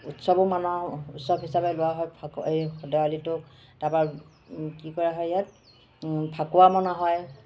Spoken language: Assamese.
উৎসৱো মনাওঁ উৎসৱ হিচাপে লোৱা হয় ফা এই দেৱালীটোক তাৰপৰা কি কৰা হয় ইয়াত ফাকুৱা মনা হয়